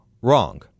wrong